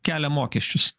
kelia mokesčius